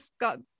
got